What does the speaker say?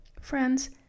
Friends